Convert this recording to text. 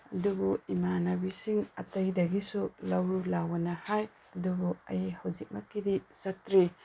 ꯑꯗꯨꯕꯨ ꯏꯃꯥꯟꯅꯕꯤꯁꯤꯡ ꯑꯇꯩꯗꯒꯤꯁꯨ ꯂꯧꯔꯨ ꯂꯥꯛꯑꯣꯅ ꯍꯥꯏ ꯑꯗꯨꯕꯨ ꯑꯩ ꯍꯧꯖꯤꯛꯃꯛꯀꯤꯗꯤ ꯆꯠꯇ꯭ꯔꯤ